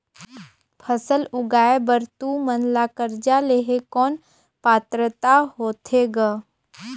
फसल उगाय बर तू मन ला कर्जा लेहे कौन पात्रता होथे ग?